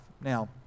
Now